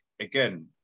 again